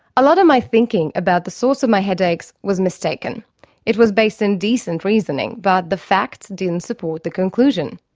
a lot of my thinking about the source of my headaches was mistaken it was based in decent reasoning, but the facts didn't support the conclusion.